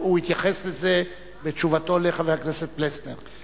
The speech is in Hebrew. הוא התייחס לזה בתשובתו לחבר הכנסת פלסנר.